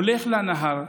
ללכת לנהר,